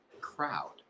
crowd